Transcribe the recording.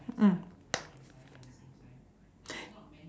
mm